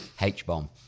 H-bomb